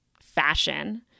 fashion